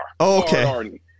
Okay